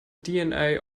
dna